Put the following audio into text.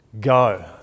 go